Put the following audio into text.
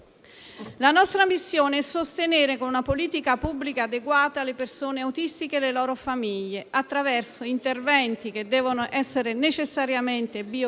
La nostra missione è sostenere, con una politica pubblica adeguata, le persone autistiche e le loro famiglie, attraverso interventi che - è stato ricordato - devono essere necessariamente biopsicosociali